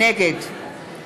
נגד